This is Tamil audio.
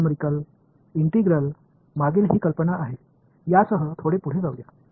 எனவே எளிய எண் ஒருங்கிணைப்பின் பின்னணியில் உள்ள யோசனை இதுதான்